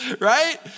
right